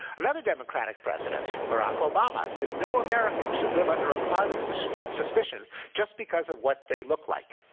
another democratic president, barack obama, said no american should live under a cloud of suspicion suspicion just because of what they look like.